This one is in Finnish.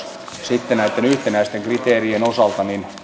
sitten näitten yhtenäisten kriteerien osalta